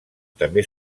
també